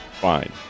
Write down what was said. fine